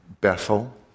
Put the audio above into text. Bethel